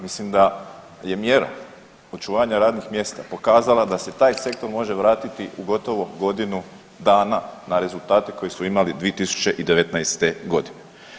Mislim da je mjera očuvanja radnih mjesta pokazala da se taj sektor može vratiti u gotovo godinu dana na rezultate koje su imali 2019.g.